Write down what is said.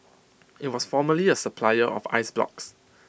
IT was formerly A supplier of ice blocks